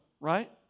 right